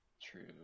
true